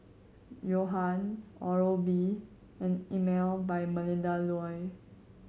Johan Oral B and Emel by Melinda Looi